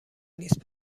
نیست